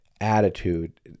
attitude